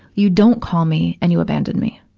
you don't call me, and you abandon me.